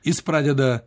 jis pradeda